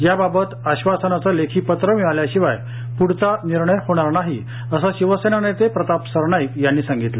याबाबत आश्वासनाचं लेखी पत्र मिळाल्याशिवायपुढचा निर्णय होणार नाही असं शिवसेना नेते प्रताप सरनाईक यांनी सांगितलं